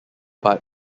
but